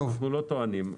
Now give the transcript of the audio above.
אנחנו לא טוענים.